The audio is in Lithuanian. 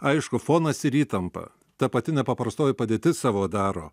aišku fonas ir įtampa ta pati nepaprastoji padėtis savo daro